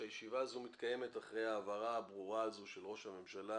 שהישיבה הזאת מתקיימת אחרי ההבהרה הברורה הזו של ראש הממשלה